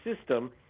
system